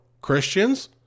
Christians